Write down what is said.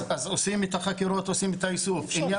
אז עושים את החקירות עושים את האיסוף; עניין